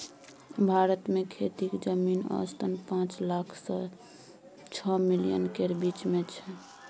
भारत मे खेतीक जमीन औसतन पाँच लाख सँ छअ मिलियन केर बीच मे छै